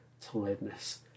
tiredness